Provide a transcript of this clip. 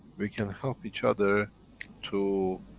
we can help each other to